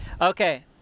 Okay